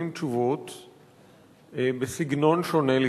את השחרור, או